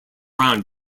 round